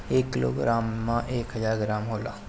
एक किलोग्राम में एक हजार ग्राम होला